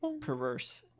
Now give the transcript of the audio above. Perverse